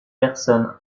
personnes